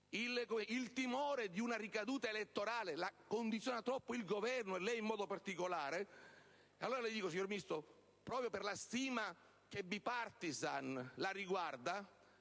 il timore di una ricaduta elettorale condiziona troppo il Governo, e lei in modo particolare. Per questo, signor Ministro, proprio per la stima *bipartisan* che